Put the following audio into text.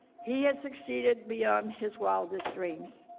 he has succeeded beyond his wildest dreams.